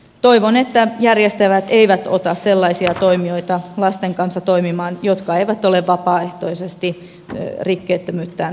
toivon että järjestelmät eivät ota sellaisia toimijoita lasten kanssa toimimaan jotka eivät ole vapaaehtoisesti rikkeettömyyttään todistaneet